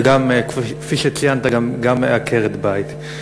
וגם, כפי שציינת, גם עקרת-בית.